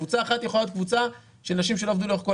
קבוצה אחת יכולה להיות קבוצה של נשים שלא עבדו לאורך כל